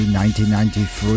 1993